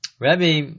Rabbi